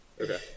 Okay